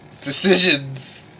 Decisions